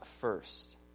first